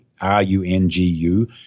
R-U-N-G-U